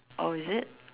oh is it